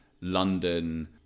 London